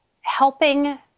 helping